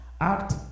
Act